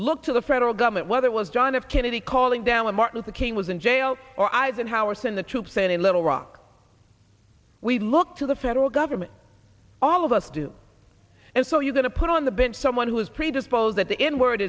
look to the federal government whether it was john f kennedy calling down the martin luther king was in jail or eisenhower's in the troops and in little rock we look to the federal government all of us do and so you're going to put on the bench someone who is predisposed that the n word